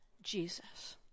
Jesus